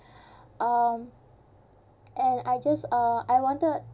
um and I just uh I wanted